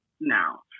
now